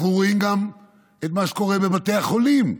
אנחנו רואים גם מה קורה בבתי החולים.